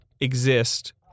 exist